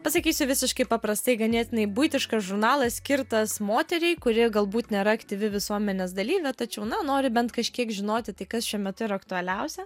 pasakysiu visiškai paprastai ganėtinai buitiškas žurnalas skirtas moteriai kuri galbūt nėra aktyvi visuomenės dalyvė tačiau na nori bent kažkiek žinoti tai kas šiuo metu yra aktualiausia